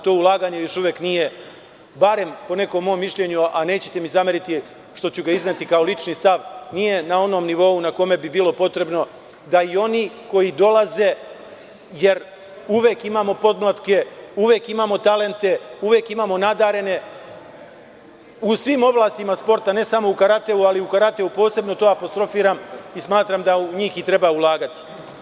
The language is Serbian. To ulaganje još uvek nije, bar po nekom mom mišljenju, a nećete mi zameriti što ću ga izneti kao lični stav, nije na onom nivou na kome bi bilo potrebno, da i oni koji dolaze, jer uvek imamo podmlatke, uvek imamo talente, uvek imamo nadarene u svim oblastima sporta, ne samo u karateu, ali u karateu posebno, to apostrofiram i smatram da u njih i treba ulagati.